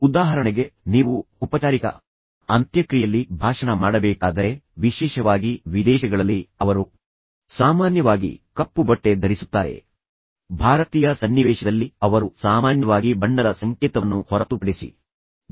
ಉದಾಹರಣೆಗೆ ನೀವು ಔಪಚಾರಿಕ ಅಂತ್ಯಕ್ರಿಯೆಯಲ್ಲಿ ಭಾಷಣ ಮಾಡಬೇಕಾದರೆ ವಿಶೇಷವಾಗಿ ವಿದೇಶಗಳಲ್ಲಿ ಅವರು ಸಾಮಾನ್ಯವಾಗಿ ಕಪ್ಪು ಬಟ್ಟೆ ಧರಿಸುತ್ತಾರೆ ಭಾರತೀಯ ಸನ್ನಿವೇಶದಲ್ಲಿ ಅವರು ಸಾಮಾನ್ಯವಾಗಿ ಬಣ್ಣದ ಸಂಕೇತವನ್ನು ಹೊರತುಪಡಿಸಿ ಬಿಳಿ ಬಣ್ಣವನ್ನು ಬಯಸುತ್ತಾರೆ